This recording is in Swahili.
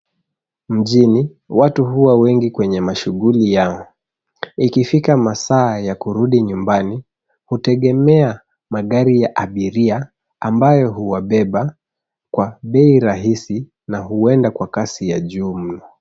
Mjini watu huwa wengi kwenye mashughuli yao, ikifika masaa ya kurudi nyumbani hutegemea magari ya abiria ambayo huwabeba kwa bei rahisi na huenda kwa kasi ya juu mno.